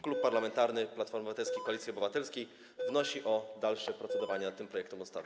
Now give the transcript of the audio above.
Klub Parlamentarny Platforma Obywatelska - Koalicja Obywatelska wnosi o dalsze procedowanie nad tym projektem ustawy.